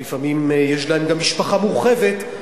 לפעמים יש להם גם משפחה מורחבת,